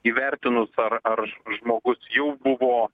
įvertinus ar ar žmogus jau buvo